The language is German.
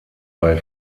bei